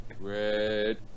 Red